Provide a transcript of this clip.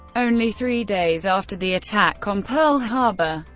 only three days after the attack on pearl harbor,